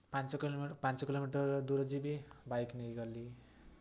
ପାଞ୍ଚ ପାଞ୍ଚ କିଲୋମିଟର୍ ଦୂର ଯିବି ବାଇକ୍ ନେଇକି ଗଲି